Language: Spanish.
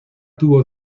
tuvo